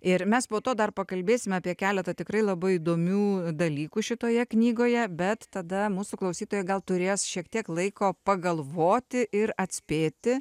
ir mes po to dar pakalbėsim apie keletą tikrai labai įdomių dalykų šitoje knygoje bet tada mūsų klausytojai gal turės šiek tiek laiko pagalvoti ir atspėti